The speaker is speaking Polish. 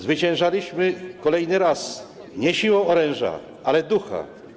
Zwyciężaliśmy kolejny raz, nie siłą oręża, ale ducha.